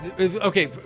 Okay